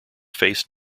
face